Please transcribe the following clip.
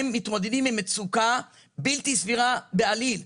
הם מתמודדים עם מצוקה בלתי סבירה בעליל.